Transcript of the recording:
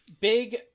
Big